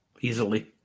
easily